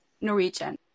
Norwegian